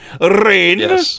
Rain